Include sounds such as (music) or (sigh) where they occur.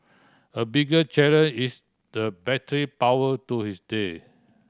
a bigger (unintelligible) is the battery power to his day